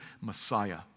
Messiah